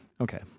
okay